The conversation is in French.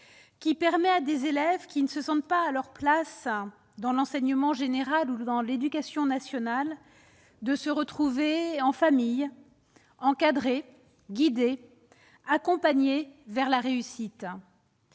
permettant à des élèves qui ne se sentent pas à leur place dans l'enseignement général ou dans l'éducation nationale de se retrouver pour ainsi dire en famille, encadrés, guidés, accompagnés vers la réussite.